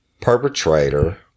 perpetrator